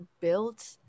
built